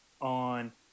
on